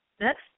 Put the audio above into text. Next